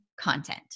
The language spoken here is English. content